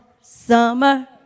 summer